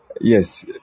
yes